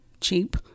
cheap